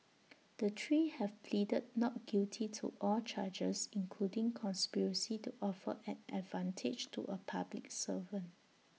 the three have pleaded not guilty to all charges including conspiracy to offer an advantage to A public servant